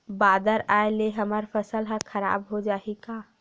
बादर आय ले हमर फसल ह खराब हो जाहि का?